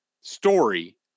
story